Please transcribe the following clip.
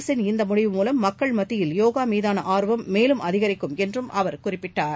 அரசின் இந்த முடிவு மூலம் மக்கள் மத்தியில் யோகா மீதான ஆர்வம் மேலும் அதிகரிக்கும் என்றும் அவர் குறிப்பிட்டார்